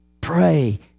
Pray